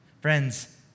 Friends